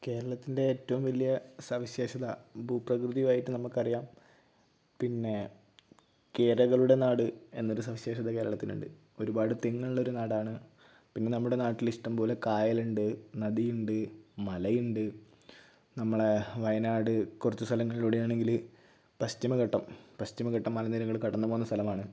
കേരളത്തിന്റെ ഏറ്റവും വലിയ സവിശേഷത ഭൂപ്രകൃതിയുമായിട്ട് നമുക്കറിയാം പിന്നെ കേരകളുടെ നാട് എന്നൊരു സവിശേഷത കേരളത്തിനുണ്ട് ഒരുപാട് തെങ്ങുള്ളൊരു നാടാണ് പിന്നെ നമ്മുടെ നാട്ടിൽ ഇഷ്ടം പോലെ കായലുണ്ട് നദിയുണ്ട് മലയുണ്ട് നമ്മുടെ വയനാട് കുറച്ച് സ്ഥലങ്ങളിലൂടെയാണെങ്കിൽ പശ്ചിമഘട്ടം പശ്ചിമഘട്ട മലനിരകൾ കടന്ന് പോകുന്ന സ്ഥലമാണ്